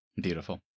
Beautiful